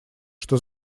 что